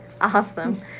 Awesome